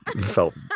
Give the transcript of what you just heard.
felt